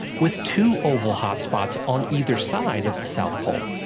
with two oval hotspots on either side of the south pole.